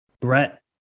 Brett